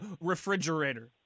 refrigerator